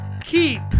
keep